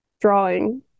drawing